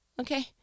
Okay